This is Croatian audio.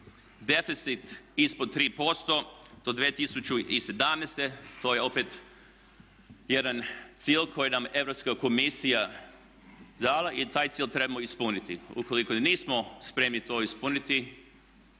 Deficit ispod 3% do 2017. To je opet jedan cilj koji nam Europska komisija dala i taj cilj trebamo ispuniti. Ukoliko nismo spremni to ispuniti